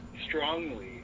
strongly